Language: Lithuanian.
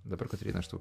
dabar kotryna aš tau